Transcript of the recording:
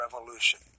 revolution